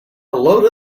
load